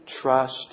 trust